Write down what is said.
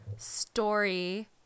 story